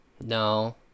No